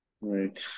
Right